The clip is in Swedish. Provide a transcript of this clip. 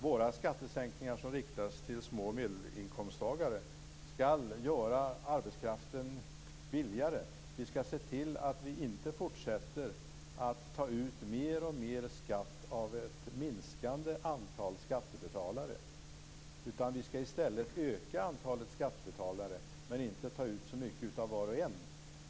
Våra skattesänkningar, som riktas till låg och medelinkomsttagare, skall göra arbetskraften billigare. Vi skall se till att vi inte fortsätter att ta ut mer och mer skatt av ett minskande antal skattebetalare. Vi skall i stället öka antalet skattebetalare men inte ta ut så mycket av var och en.